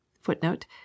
footnote